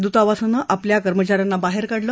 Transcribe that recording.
दूतावासानं आपल्या कर्मचाऱ्यांना बाहेर काढलं